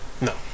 No